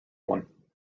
one